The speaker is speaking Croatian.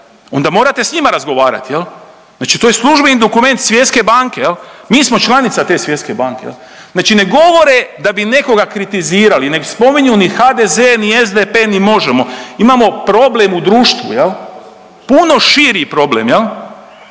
Onda morate sa njima razgovarati, jel'? Znači to je službeni dokument Svjetske banke. Mi smo članica te Svjetske banke. Znači ne govore da bi nekoga kritizirali, ne spominju ni HDZ, ni SDP, ni MOŽEMO. Imamo problem u društvu jel'? Puno širi problem, puno